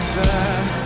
back